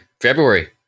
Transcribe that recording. February